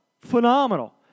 Phenomenal